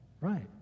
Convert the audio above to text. right